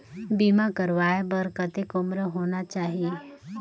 बीमा करवाय बार कतेक उम्र होना चाही?